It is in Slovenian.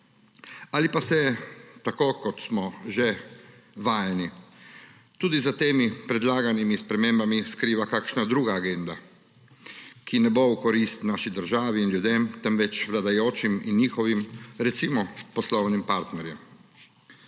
Ali pa se, tako kot smo že vajeni, tudi za temi predlaganimi spremembami skriva kakšna druga agenda, ki ne bo v korist naši državi in ljudem, temveč vladajočim in njihovim recimo poslovnim partnerjem?